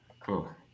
cool